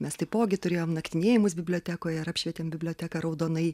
mes taipogi turėjom naktinėjimus bibliotekoje ir apšvietėm biblioteką raudonai